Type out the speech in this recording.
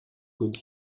could